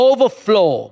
Overflow